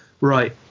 right